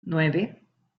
nueve